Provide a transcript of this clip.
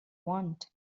want